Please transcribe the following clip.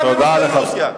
לרוסיה.